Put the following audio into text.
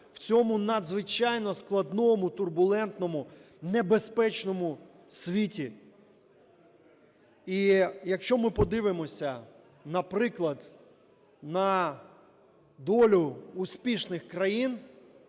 в цьому надзвичайно складному турбулентному небезпечному світі. І якщо ми подивимося, наприклад, на долю успішних країн,